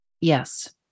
Yes